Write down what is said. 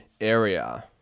area